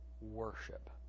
worship